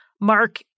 Mark